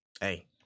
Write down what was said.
Hey